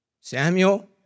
Samuel